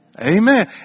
Amen